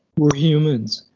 we're humans.